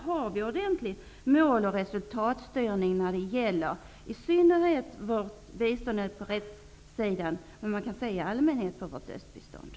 Har vi ett ordentligt mål och en ordentlig resultatstyrning när det gäller i synnerhet biståndet på rättsområdet och rent allmänt för östbiståndet?